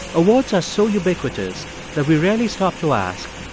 awards are so ubiquitous that we rarely stop to ask,